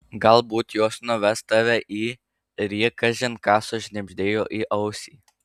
galbūt jos nuves tave į ir ji kažin ką sušnibždėjo į ausį